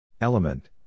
Element